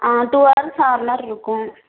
ஆ two horse அதுமாதிரி இருக்கும்